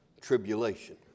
tribulation